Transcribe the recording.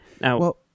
Now—